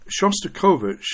Shostakovich